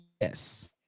Yes